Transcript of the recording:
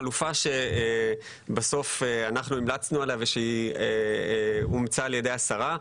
החלופה שבסוף אנחנו המלצנו עליה ושאומצה על ידי השרה,